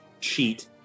cheat